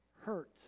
hurt